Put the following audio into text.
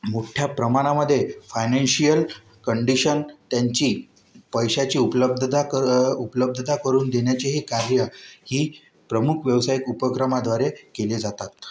मोठ्या प्रमाणामध्ये financial condition त्यांची पैशाची उपलब्धता क उपलब्धता करून देण्याचेही कार्य ही प्रमुख व्यवसायिक उपक्रमाद्वारे केले जातात